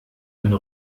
eine